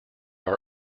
are